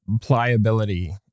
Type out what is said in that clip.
pliability